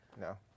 No